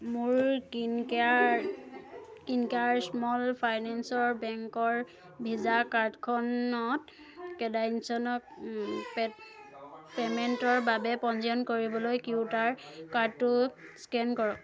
মোৰ kin care kin care small finance বেংকৰ visa কাৰ্ডখন কেদাইনছনৰ পে'মেণ্টৰ বাবে পঞ্জীয়ন কৰিবলৈ কিউ আৰ ক'ডটো স্কেন কৰক